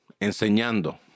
enseñando